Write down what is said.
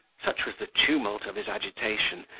such was the tumult of his agitation,